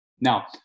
Now